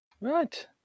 Right